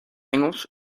engels